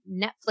Netflix